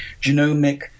genomic